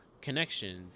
connection